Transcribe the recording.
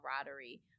camaraderie